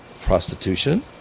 prostitution